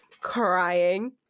Crying